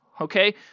okay